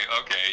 okay